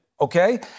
Okay